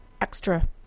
extra